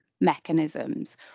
mechanisms